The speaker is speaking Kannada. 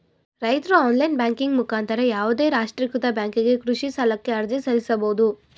ರೈತ್ರು ಆನ್ಲೈನ್ ಬ್ಯಾಂಕಿಂಗ್ ಮುಖಾಂತರ ಯಾವುದೇ ರಾಷ್ಟ್ರೀಕೃತ ಬ್ಯಾಂಕಿಗೆ ಕೃಷಿ ಸಾಲಕ್ಕೆ ಅರ್ಜಿ ಸಲ್ಲಿಸಬೋದು